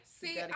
See